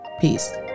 Peace